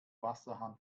wasserhahn